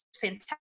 fantastic